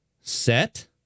set